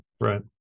Right